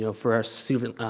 you know for a student,